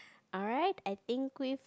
alright I think we've